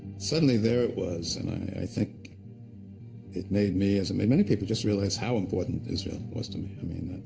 suddenly, there it was, and i think it made me, as it made many people just realize how important israel was to me, i mean,